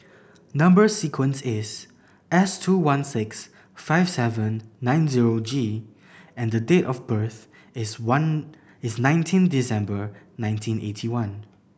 number sequence is S two one six five seven nine zero G and date of birth is one is nineteen December nineteen eighty one